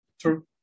True